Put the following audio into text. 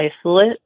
isolate